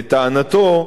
לטענתו,